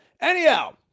anyhow